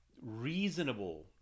reasonable